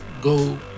go